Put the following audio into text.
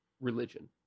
religion